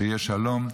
שיהיה שלום.